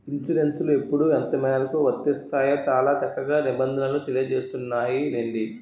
ఇన్సురెన్సులు ఎప్పుడు ఎంతమేరకు వర్తిస్తాయో చాలా చక్కగా నిబంధనలు తెలియజేస్తున్నాయిలెండి